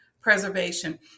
preservation